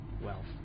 wealth